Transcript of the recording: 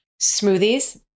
smoothies